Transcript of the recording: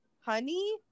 honey